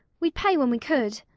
we'd pay when we could,